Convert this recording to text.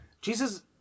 Jesus